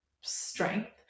strength